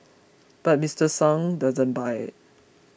but Mister Sung doesn't buy it